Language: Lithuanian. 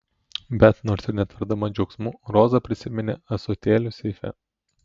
bet nors ir netverdama džiaugsmu roza prisiminė ąsotėlius seife